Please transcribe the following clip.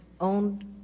owned